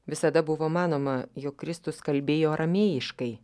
visada buvo manoma jog kristus kalbėjo aramėjiškai